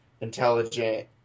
intelligent